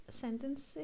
sentences